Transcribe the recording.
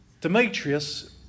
Demetrius